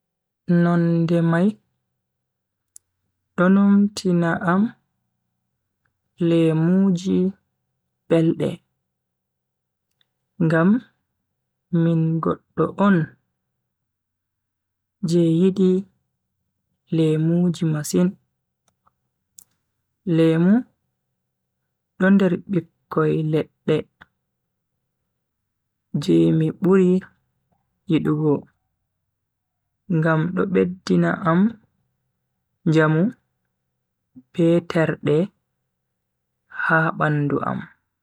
Nonde mai do numtina am lemuji belde. ngam min goddo on je yidi lemuji masin. lemu do nder bikkoi ledde je mi buri yidugo ngam do beddina am njamu be terde ha bandu am.